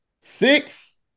six